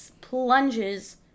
plunges